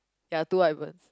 ya two white birds